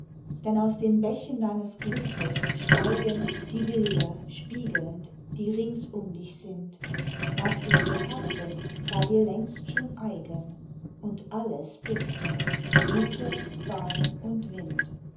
denn aus den bächen deines blutes steigen die bilder spiegelnd die rings um dich sind was dich betastet war dir längst schon eigen und alles bist du blüte baum und wind